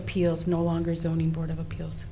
appeals no longer zoning board of appeals